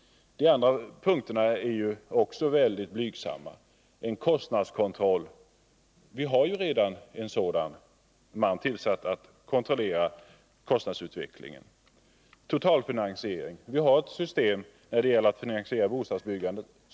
De andra punkterna är ju också mycket blygsamma. Det gäller en kostnadskontroll. Vi har redan en sådan — en man är tillsatt för att kontrollera kostnadsutvecklingen. Det gäller också totalfinansiering. Vi har ett system som fungerar när det gäller att finansiera bostadsbyggandet.